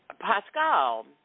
Pascal